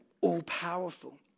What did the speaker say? all-powerful